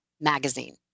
Magazine